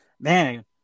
Man